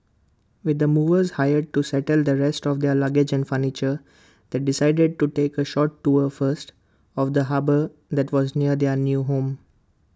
with the movers hired to settle the rest of their luggage and furniture they decided to take A short tour first of the harbour that was near their new home